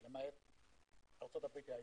למעט ארצות הברית.